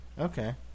Okay